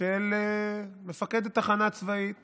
של מפקד התחנה הצבאית